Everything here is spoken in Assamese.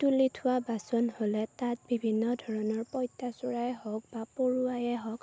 তুলি থোৱা বাচন হ'লে তাত বিভিন্ন ধৰণৰ পঁইতাচোৰাই হওক বা পৰুৱায়ে হওক